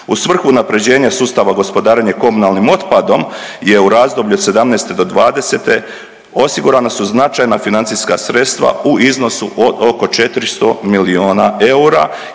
U svrhu unapređenja sustava gospodarenja komunalnim otpadom je u razdoblju od sedamnaeste do dvadesete osigurana su značajna financijska sredstva u iznosu od oko 400 milijuna eura